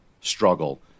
struggle